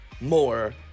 more